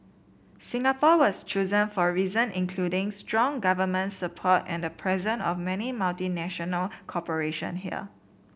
Singapore was chosen for reason including strong government support and the presence of many multinational corporation here